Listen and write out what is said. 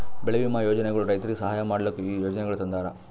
ಬೆಳಿ ವಿಮಾ ಯೋಜನೆಗೊಳ್ ರೈತುರಿಗ್ ಸಹಾಯ ಮಾಡ್ಲುಕ್ ಈ ಯೋಜನೆಗೊಳ್ ತಂದಾರ್